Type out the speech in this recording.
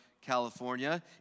California